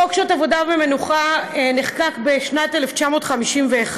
חוק שעות עבודה ומנוחה נחקק בשנת 1951,